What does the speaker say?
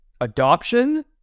adoption